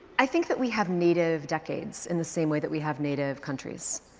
i think that we have native decades in the same way that we have native countries.